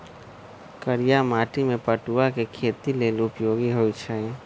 करिया माटि में पटूआ के खेती लेल उपयोगी होइ छइ